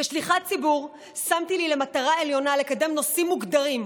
כשליחת ציבור שמתי לי למטרה עליונה לקדם נושאים מוגדרים,